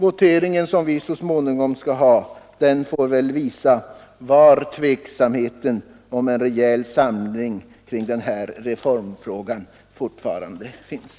Den kommande voteringen får väl visa var tveksamheten för en rejäl samling kring den här reformfrågan fortfarande finns.